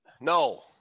No